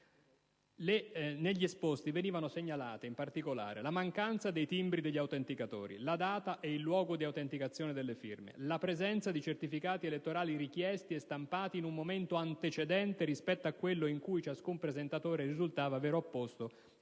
Nell'esposto venivano segnalate in particolare: la mancanza dei timbri degli autenticatori, la data e il luogo di autenticazione delle firme, la presenza di certificati elettorali richiesti e stampati in un momento antecedente rispetto a quello in cui ciascun presentatore risultava aver apposto